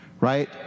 right